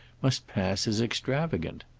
must pass as extravagant.